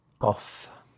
off